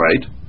right